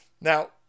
Now